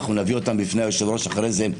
אנחנו נביא אותן בפני היושב-ראש אחרי זה.